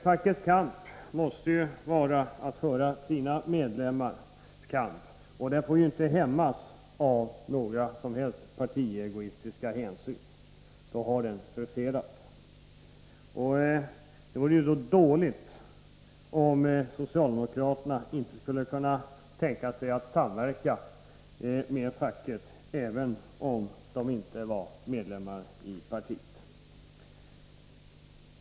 Fackets kamp måste vara att föra sina medlemmars kamp, och den får inte hämmas av några som helst partiegoistiska hänsyn, för då har den förfelats. Det vore därför illa om socialdemokraterna inte skulle kunna tänka sig att samverka med en fackförening som inte var medlem i partiet.